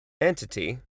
entity